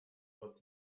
what